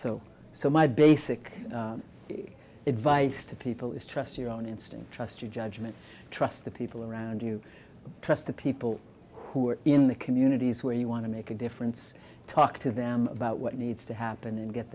so so my basic advice to people is trust your own instinct trust your judgment trust the people around you trust the people who are in the communities where you want to make a difference talk to them about what needs to happen and get